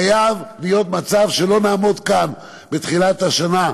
חייב להיות מצב שלא נעמוד כאן בתחילת השנה,